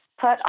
put